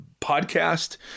podcast